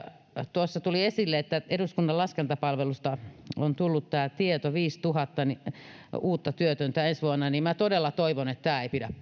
tuossa tuli esille että eduskunnan laskentapalvelusta on tullut tämä tieto viisituhatta uutta työtöntä ensi vuonna minä todella toivon että tämä ei pidä